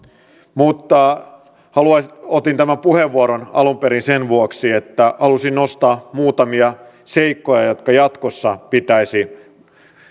mutta otin tämän puheenvuoron alun perin sen vuoksi että halusin nostaa muutamia seikkoja jotka jatkossa